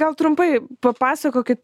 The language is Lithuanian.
gal trumpai papasakokit